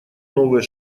новые